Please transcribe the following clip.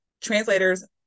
Translators